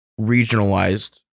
regionalized